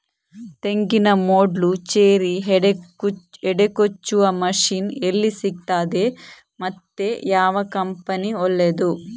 ತೆಂಗಿನ ಮೊಡ್ಲು, ಚೇರಿ, ಹೆಡೆ ಕೊಚ್ಚುವ ಮಷೀನ್ ಎಲ್ಲಿ ಸಿಕ್ತಾದೆ ಮತ್ತೆ ಯಾವ ಕಂಪನಿ ಒಳ್ಳೆದು?